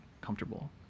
comfortable